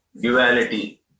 duality